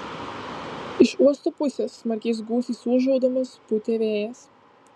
iš uosto pusės smarkiais gūsiais ūžaudamas pūtė vėjas